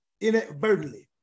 inadvertently